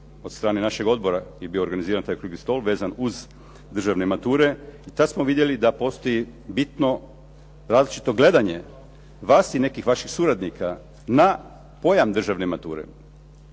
od strane našeg odbora je bio organiziran taj okrugli stol vezan uz državne mature i tad smo vidjeli da postoji bitno različito gledanje vas i nekih vaših suradnika na pojam državne mature.